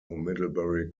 middlebury